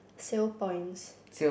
sale points